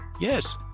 Yes